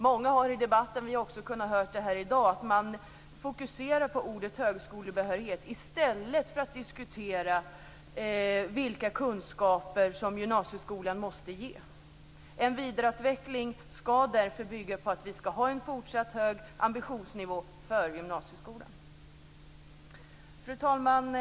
Många har i debatten, vi har också kunnat höra det här i dag, fokuserat på ordet högskolebehörighet, i stället för att diskutera vilka kunskaper som gymnasieskolan måste ge. En vidareutveckling skall därför bygga på att vi skall ha en fortsatt hög ambitionsnivå för gymnasieskolan. Fru talman!